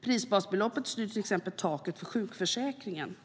Prisbasbeloppet styr till exempel taket för sjukförsäkringen,